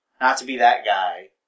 not-to-be-that-guy